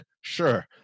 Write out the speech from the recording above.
sure